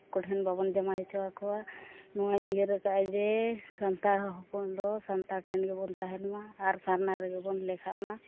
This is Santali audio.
ᱠᱚᱴᱷᱮᱱ ᱵᱟᱵᱚᱱ ᱡᱟᱶᱟᱭ ᱦᱚᱪᱚ ᱟᱠᱚᱣᱟ ᱤᱧᱫᱚᱧ ᱱᱚᱣᱟᱧ ᱩᱭᱦᱟᱹᱨ ᱟᱠᱟᱫᱟ ᱡᱮ ᱥᱟᱱᱛᱟᱲ ᱦᱚᱯᱚᱱ ᱫᱚ ᱥᱟᱱᱛᱟᱲ ᱴᱷᱮᱱ ᱜᱮᱵᱚᱱ ᱛᱟᱦᱮᱱ ᱢᱟ ᱟᱨ ᱥᱟᱨᱱᱟ ᱨᱮᱜᱮ ᱵᱚᱱ ᱞᱮᱠᱷᱟᱜ ᱢᱟ